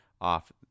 off